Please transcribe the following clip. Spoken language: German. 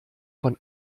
von